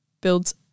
builds